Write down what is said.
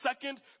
second